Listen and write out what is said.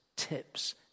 tips